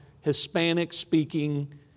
Hispanic-speaking